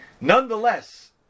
Nonetheless